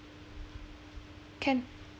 can